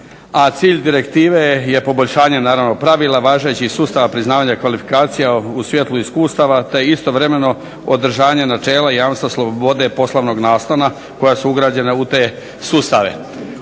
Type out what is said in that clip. A cilj direktive je poboljšanje naravno pravila važećih sustava priznavanja kvalifikacija u svijetlu iskustava, te istovremeno održanje načela jamstva slobode poslovnog nastana, koja su ugrađena u te sustave.